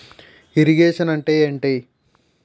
Irrigation అంటే ఏంటీ?